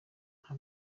nta